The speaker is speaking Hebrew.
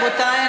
רבותי,